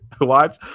watch